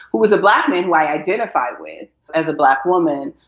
who was a black man who i identify with as a black woman,